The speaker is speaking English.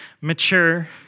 mature